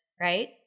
right